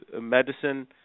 medicine